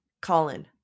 Colin